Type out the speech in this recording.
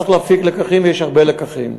צריך להפיק לקחים, ויש הרבה לקחים.